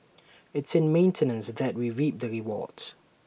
it's in maintenance that we reap rewards